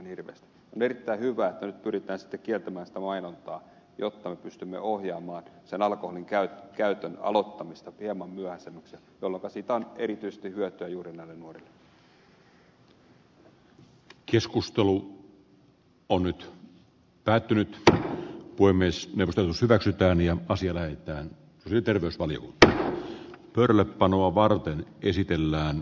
on erittäin hyvä että nyt pyritään sitten kieltämään sitä mainontaa jotta me pystymme ohjaamaan alkoholinkäytön aloittamista hieman myöhäisemmäksi jolloin siitä on nyt päätynyt tähän voi myös mennä alus hyväksytään ja asialle mitään syytä valittaa nuorelle panoa varten esitellään